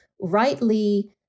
rightly